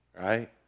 right